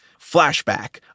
flashback